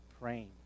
praying